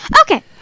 Okay